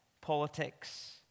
politics